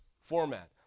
format